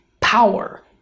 power